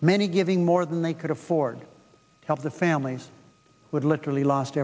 many giving more than they could afford to help the families would literally lost